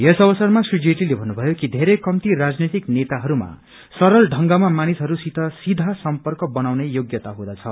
यस अवसरमा श्री जेटलीले भन्नुभयो कि बेरै कम्ती राजनैतिक नेताहरूमा सरल ढंगमा मानिसहरूसित सिधा सर्म्पक बनाउने योग्यता हुँदछ